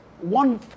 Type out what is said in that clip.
one